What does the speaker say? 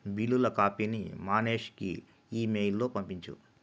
బిల్లుల కాపీని మానేష్కి ఈమెయిల్లో పంపించు